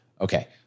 Okay